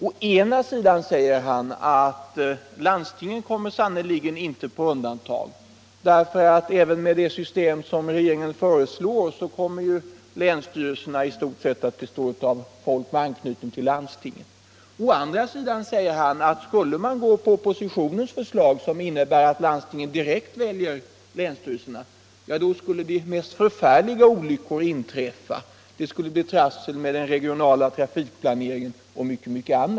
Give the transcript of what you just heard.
Å ena sidan säger han att landstingen inte kommer på undantag, därför att även med det system som regeringen föreslår kommer länsstyrelserna i stort sett att bestå av personer med anknytning till landstingen. Å andra sidan menar han, att skulle man gå på oppositionens förslag, som innebär att landstingen direkt väljer länsstyrelserna, skulle olyckor kunna inträffa.